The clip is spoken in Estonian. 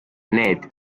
need